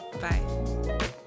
Bye